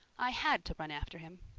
i had to run after him.